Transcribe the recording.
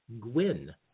Gwyn